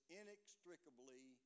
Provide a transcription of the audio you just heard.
inextricably